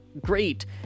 great